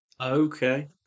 okay